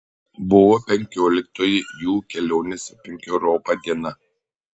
buvo penkioliktoji jų kelionės aplink europą diena